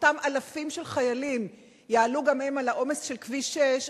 אותם אלפים של חיילים יעלו גם הם על העומס של כביש 6,